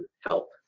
help